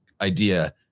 idea